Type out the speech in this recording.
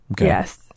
Yes